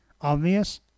obvious